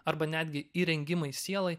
arba netgi įrengimai sielai